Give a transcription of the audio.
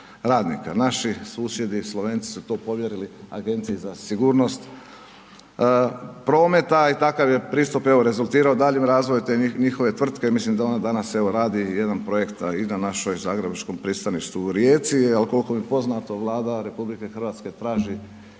naši susjedi Slovenci su to povjerili Agenciji za sigurnost prometa i takav je pristup evo rezultirao daljnjim razvojem te njihove tvrtke, milim da oni danas evo radi jedan projekt i na našoj zagrebačkom pristaništu u Rijeci, al kolko mi je poznato Vlada RH traži